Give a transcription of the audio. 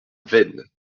veynes